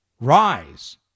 rise